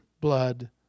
blood